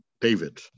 David